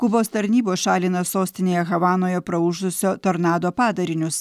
kubos tarnybos šalina sostinėje havanoje praūžusio tornado padarinius